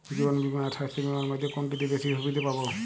জীবন বীমা আর স্বাস্থ্য বীমার মধ্যে কোনটিতে বেশী সুবিধে পাব?